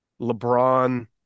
LeBron